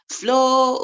flow